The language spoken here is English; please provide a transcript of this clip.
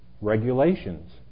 regulations